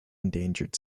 endangered